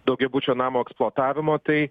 daugiabučio namo eksploatavimo tai